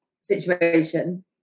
situation